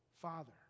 father